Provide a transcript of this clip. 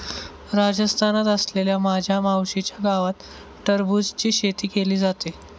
राजस्थानात असलेल्या माझ्या मावशीच्या गावात टरबूजची शेती केली जाते